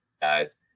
guys